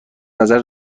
نظر